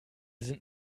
sind